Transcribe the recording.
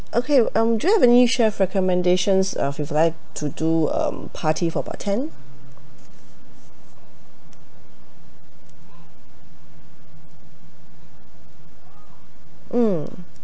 okay um do you have any chef recommendations uh if we were like to do um party for about ten mm